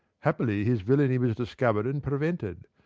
happily, his villainy was discovered and prevented.